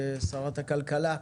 שרת הכלכלה.